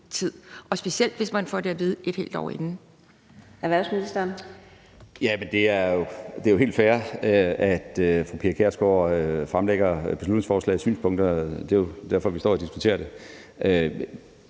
og specielt hvis man får det at vide et helt år inden.